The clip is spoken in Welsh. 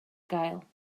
gael